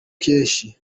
cy’impeshyi